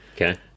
Okay